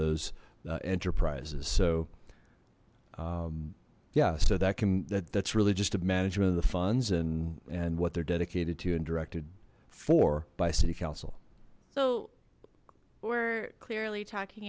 those enterprises so yeah so that can that that's really just a management of the funds and and what they're dedicated to and directed for by city council so we're clearly talking